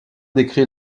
décrit